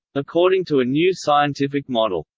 according to a new scientific model.